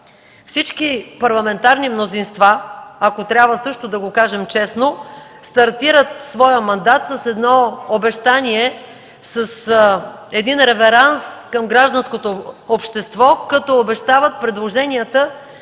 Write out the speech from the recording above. Всички парламентарни мнозинства, ако трябва също да го кажем честно, стартират своя мандат с обещание, с реверанс към гражданското общество, като обещават предложенията